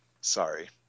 Sorry